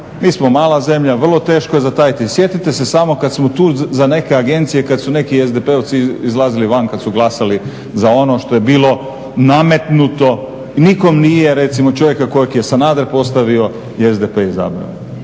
mi smo mala zemlja, vrlo teško je zatajiti. Sjetite se samo kada smo tu za neke agencije, kada su neki SDP-ovci izlazili van kada su glasali za ono što je bilo nametnuto, nikome nije recimo čovjeka kojeg je Sanader postavio i SDP izabrao.